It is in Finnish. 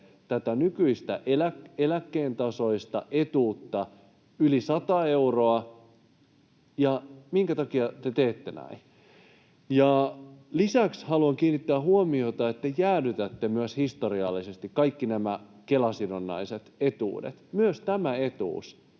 tätä nykyistä eläkkeen tasoista etuutta yli 100 euroa ja minkä takia te teette näin. Lisäksi haluan kiinnittää huomiota siihen, että te jäädytätte myös historiallisesti kaikki nämä Kela-sidonnaiset etuudet. Myös tämä etuus